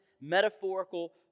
metaphorical